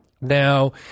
Now